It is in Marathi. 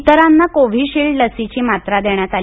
इतरांना कवीशिल्ड लसीची मात्रा देण्यात आली